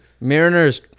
Mariners